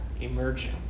emerging